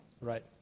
right